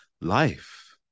life